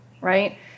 right